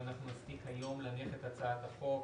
אם אנחנו נספיק היום להניח את הצעת החוק,